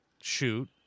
shoot